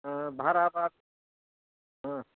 ओ भाराबा